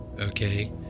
okay